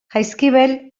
jaizkibel